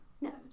No